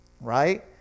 right